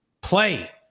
play